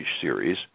series